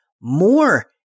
more